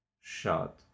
shot